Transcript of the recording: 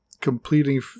completing